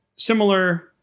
similar